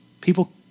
People